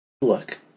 Look